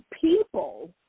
people